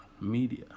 Media